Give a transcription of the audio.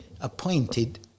appointed